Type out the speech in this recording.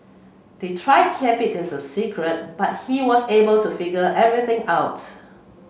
they tried to keep it a secret but he was able to figure everything out